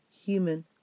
human